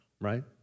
right